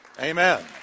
Amen